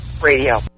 Radio